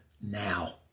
now